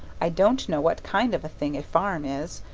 i don't know what kind of a thing a farm is.